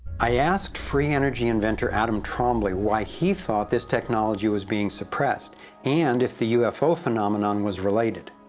i asked free-energy inventor adam trombly why he thought this technology was being suppressed and if the ufo phenomenon was related.